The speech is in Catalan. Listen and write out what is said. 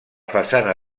façana